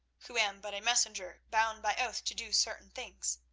who am but a messenger bound by oath to do certain things.